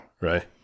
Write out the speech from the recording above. right